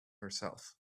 herself